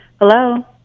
Hello